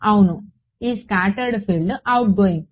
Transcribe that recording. అవును ఈ scattered field outgoing